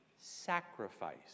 sacrifice